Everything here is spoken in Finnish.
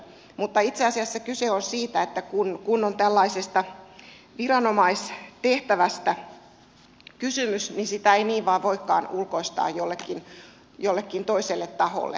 mutta itse asiassa kyse on siitä että kun on tällaisesta viranomaistehtävästä kysymys niin sitä ei niin vain voikaan ulkoistaa jollekin toiselle taholle